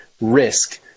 risk